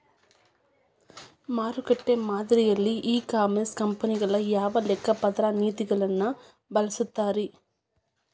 ಮಾರುಕಟ್ಟೆ ಮಾದರಿಯಲ್ಲಿ e commerce ಕಂಪನಿಗಳು ಯಾವ ಲೆಕ್ಕಪತ್ರ ನೇತಿಗಳನ್ನ ಬಳಸುತ್ತಾರಿ?